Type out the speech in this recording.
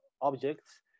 objects